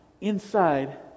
inside